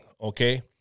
okay